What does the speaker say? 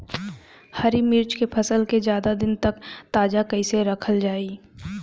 हरि मिर्च के फसल के ज्यादा दिन तक ताजा कइसे रखल जाई?